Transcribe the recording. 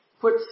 put